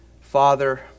Father